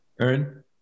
Aaron